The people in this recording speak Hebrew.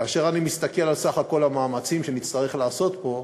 כאשר אני מסתכל על סך כל המאמצים שנצטרך לעשות פה,